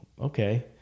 okay